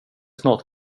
snart